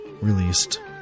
released